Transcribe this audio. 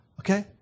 Okay